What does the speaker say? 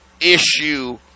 issue